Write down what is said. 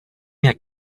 jak